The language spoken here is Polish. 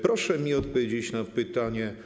Proszę mi odpowiedzieć na pytanie.